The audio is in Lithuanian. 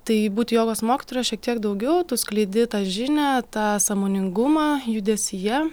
tai būti jogos mokytoja šiek tiek daugiau tu skleidi tą žinią tą sąmoningumą judesyje